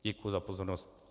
Děkuji za pozornost.